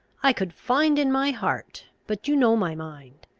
i could find in my heart but you know my mind.